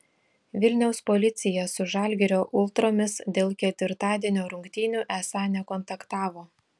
vilniaus policija su žalgirio ultromis dėl ketvirtadienio rungtynių esą nekontaktavo